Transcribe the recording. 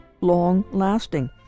long-lasting